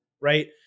right